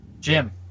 jim